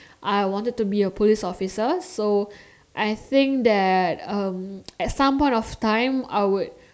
I wanted to be a police officer so I think that um at some point of time I would